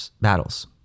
battles